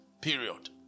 period